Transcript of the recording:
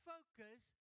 Focus